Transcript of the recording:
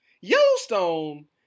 yellowstone